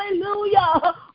Hallelujah